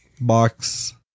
Box